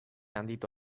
handitu